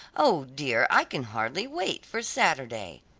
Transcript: oh dear! i can hardly wait for saturday.